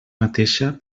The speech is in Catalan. mateixa